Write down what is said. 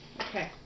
Okay